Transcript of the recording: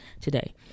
today